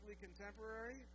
contemporary